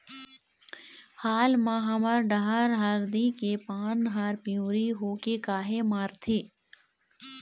हाल मा हमर डहर हरदी के पान हर पिवरी होके काहे मरथे?